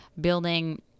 building